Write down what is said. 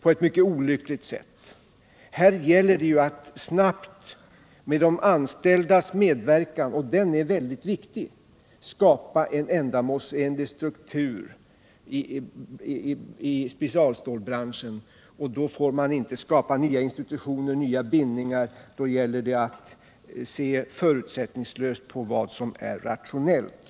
Det gäller att snabbt, med de anställdas medverkan —- och den är mycket viktig — skapa en ändamålsenlig struktur i specialstålbranschen, och då får man inte skapa nya institutioner och bindningar. Då gäller det i stället att se förutsättningslöst på vad som är rationellt.